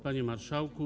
Panie Marszałku!